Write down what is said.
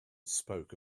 spoke